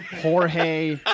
Jorge